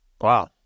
Wow